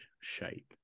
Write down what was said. shape